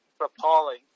appalling